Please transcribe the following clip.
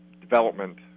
development